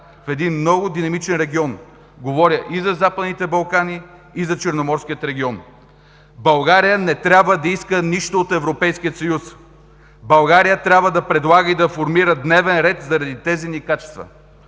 в един много динамичен регион – говоря и за Западните Балкани, и за Черноморския регион. България не трябва да иска нищо от Европейския съюз, България трябва да предлага и да формира дневен ред заради тези ни качества.